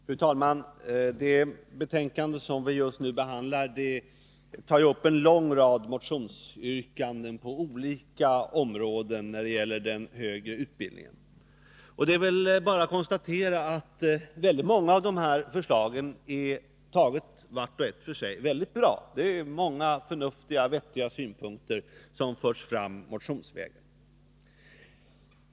Fru talman! I det betänkande som vi just nu behandlar tas det ju upp en lång rad motionsyrkanden på olika områden när det gäller den högre utbildningen. Det är bara att konstatera att många av förslagen vart för sig är mycket bra. Många förnuftiga synpunkter förs fram motionsvägen.